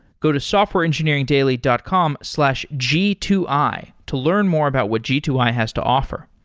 go to softwareengineeringdaily dot com slash g two i to learn more about what g two i has to offer.